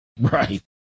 Right